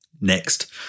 next